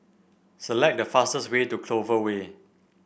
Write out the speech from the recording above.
select the fastest way to Clover Way